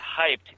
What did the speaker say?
hyped